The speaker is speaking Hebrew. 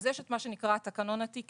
אז יש את מה שנקרא התקנון התקני